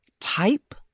type